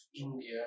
India